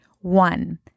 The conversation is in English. One